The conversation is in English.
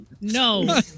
No